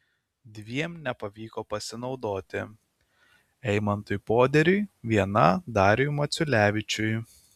dviem nepavyko pasinaudoti eimantui poderiui viena dariui maciulevičiui